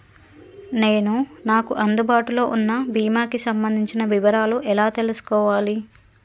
నేను నాకు అందుబాటులో ఉన్న బీమా కి సంబంధించిన వివరాలు ఎలా తెలుసుకోవాలి?